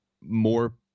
more